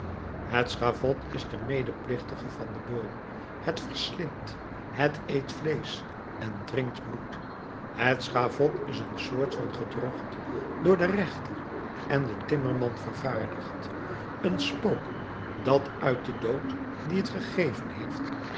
het schavot is de medeplichtige van den beul het verslindt het eet vleesch en drinkt bloed het schavot is een soort van gedrocht door den rechter en den timmerman vervaardigd een spook dat uit den dood die het gegeven heeft